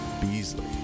Beasley